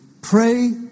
Pray